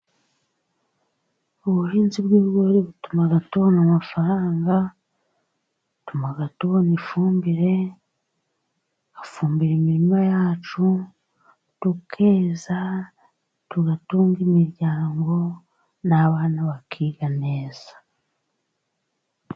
Ubuhinzi bw'ibigori butuma tubona amafaranga, butuma tubona ifumbire, tugafumbira imirima yacu tukeza, tugatunga imiryango n'abana bakiga neza.